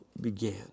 began